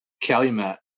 Calumet